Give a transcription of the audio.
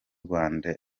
rwanda